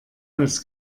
als